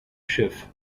schiff